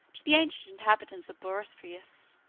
to the ancient inhabitants of bosphorus.